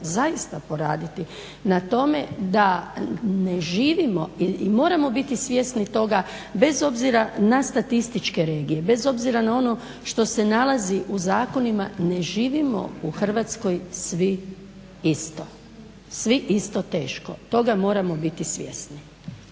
zaista poraditi na tome da ne živimo i moramo biti svjesni toga, bez obzira na statističke regije, bez obzira na ono što se nalazi u zakonima, ne živimo u Hrvatskoj svi isto, svi isto teško, toga moramo biti svjesni.